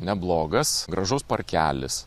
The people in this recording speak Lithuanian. neblogas gražus parkelis